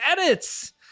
edits